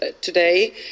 today